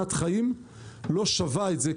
סכנת חיים לא שווה את זה.